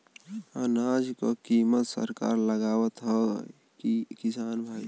अनाज क कीमत सरकार लगावत हैं कि किसान भाई?